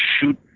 shoot